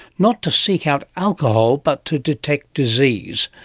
not to seek out alcohol, but to detect disease.